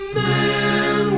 man